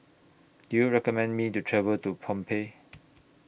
Do YOU recommend Me to travel to Phnom Penh